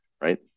right